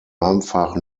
einfach